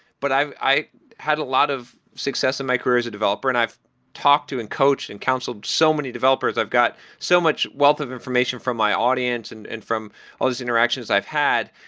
but i had a lot of success in my career as a developer and i've talked to, and coached and counseled so many developers. i've got so much wealth of information from my audience and and from all these interactions i've had.